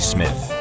Smith